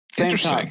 Interesting